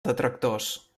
detractors